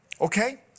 okay